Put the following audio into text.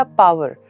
power